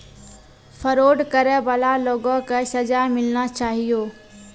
fraud करै बाला लोगो के सजा मिलना चाहियो